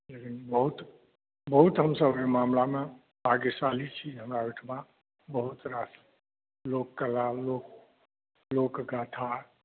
बहुत बहुत हमसभ ई मामलामे भाग्यशाली छी हमरा ओहिठमा बहुत रास लोककला लोकगाथा